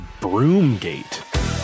Broomgate